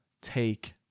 take